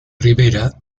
rivera